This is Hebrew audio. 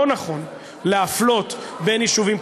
לא נכון להפלות יישובים,